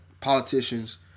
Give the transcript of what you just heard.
politicians